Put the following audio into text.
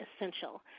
essential